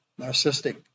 narcissistic